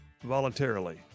voluntarily